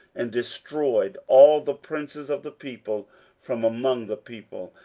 and destroyed all the princes of the people from among the people,